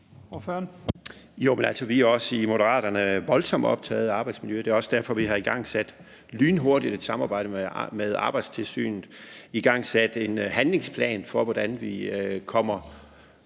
vi er også i Moderaterne voldsomt optaget af arbejdsmiljø. Det er også derfor, vi lynhurtigt har igangsat et samarbejde med Arbejdstilsynet og igangsat en handlingsplan for, hvordan vi kommer